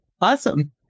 Awesome